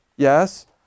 Yes